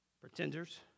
Pretenders